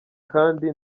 kandi